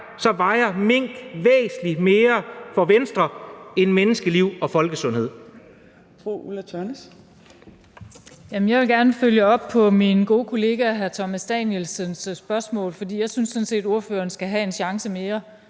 så vejer mink væsentlig mere for Venstre end menneskeliv og folkesundhed.